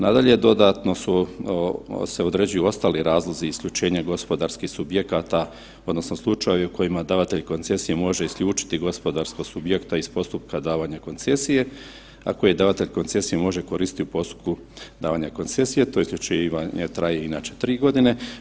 Nadalje, dodatno se određuju ostali razlozi isključenja gospodarskih subjekata odnosno u slučaju kojima davatelj koncesije može isključiti gospodarskog subjekta iz postupka davanja koncesije, a koji davatelj koncesije može koristiti u postupku davanja koncesije tj. … traje inače tri godine.